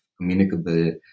communicable